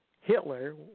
Hitler